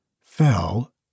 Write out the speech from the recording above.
fell